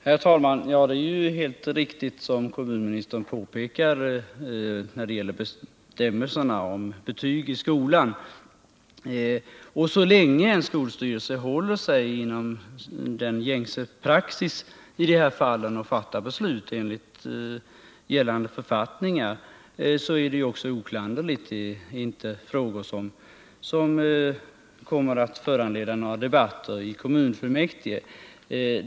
Herr talman! I anslutning till kommunministerns påpekande om vad som gäller enligt skolförordningens bestämmelser om betygen vill jag anföra att så länge en skolstyrelse tillämpar gängse praxis i dessa fall och fattar beslut enligt gällande författningar är det givetvis oklanderligt, och det medför då inte att det uppstår frågor som föranleder några debatter i kommunfullmäktige.